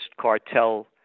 cartel